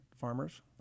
farmers